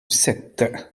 sept